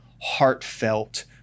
heartfelt